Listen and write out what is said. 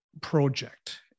project